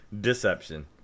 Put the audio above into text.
Deception